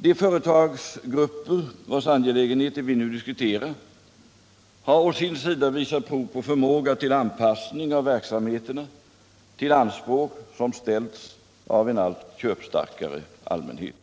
De företagsgrupper vilkas angelägenheter vi nu diskuterar har å sin sida visat prov på anpassning av verksamheterna till anspråk som ställts av en allt köpstarkare allmänhet.